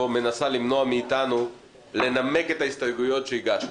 מנסה למנוע מאיתנו לנמק את ההסתייגויות שהגשנו.